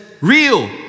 Real